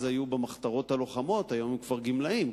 היום במחתרות הלוחמות הם כבר גמלאים,